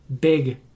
big